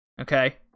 Okay